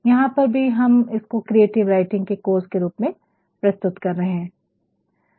यहां पर भी हम इसको क्रिएटिव राइटिंग के कोर्स के रूप में प्रस्तुत कर रहे हैं